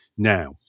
now